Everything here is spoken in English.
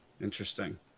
interesting